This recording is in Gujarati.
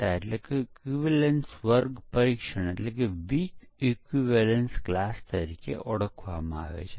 બાદમાં તેનું ડિબગીંગ કરી અને પછી કોડને સુધારવા અથવા સ્પષ્ટીકરણ અથવા ડિઝાઇન જેમાં ભૂલ હોય તે બદલવામાં આવી શકે છે